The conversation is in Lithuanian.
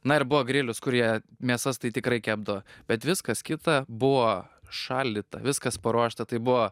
na ir buvo grilius kur jie mėsas tai tikrai kepdao bet viskas kita buvo šaldyta viskas paruošta tai buvo